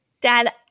Dad